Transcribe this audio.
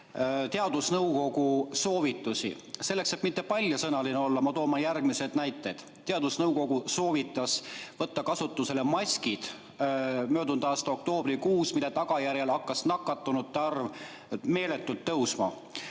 teadusnõukogu soovitusi. Selleks et mitte paljasõnaline olla, toon ma järgmised näited. Teadusnõukogu soovitas võtta kasutusele maskid möödunud aasta oktoobrikuus, mille tagajärjel hakkas nakatunute arv meeletult tõusma.